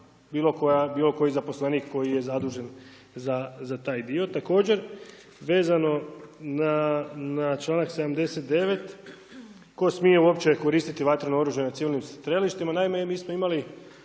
bilo koji zaposlenik koji je zadužen za taj dio. Također vezano na članak 79. tko smije uopće koristiti vatreno oružje na civilnim strelištima. Naime, mi smo imali